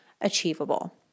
achievable